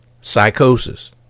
psychosis